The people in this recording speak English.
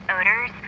odors